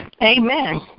Amen